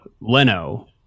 Leno